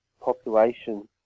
population